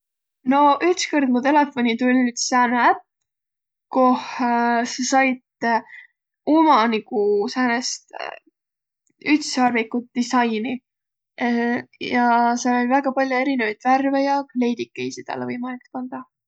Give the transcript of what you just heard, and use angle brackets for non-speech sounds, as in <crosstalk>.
Noq ütskõrd mu telefoni tull' üts sääne äpp, koh <hesitation> sa sait <hesitation> umanigu säänest <hesitation> ütssarvikut disainiq. <hesitation> ja sääl oll' väega pall'o erinevit värve ja kleidikesi talle võimalik pandaq.